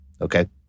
Okay